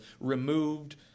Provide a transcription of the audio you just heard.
removed